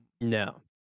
No